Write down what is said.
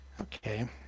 Okay